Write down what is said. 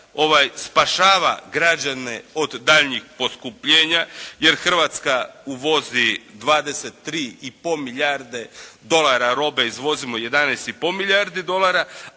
spašava građane od daljnjih poskupljenja jer Hrvatska uvozi 23,5 milijarde dolara robe, izvozimo 11,5 milijardi dolara.